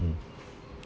mm